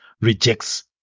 rejects